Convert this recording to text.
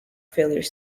failure